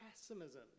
pessimism